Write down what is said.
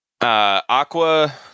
aqua